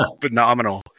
Phenomenal